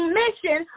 mission